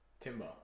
timber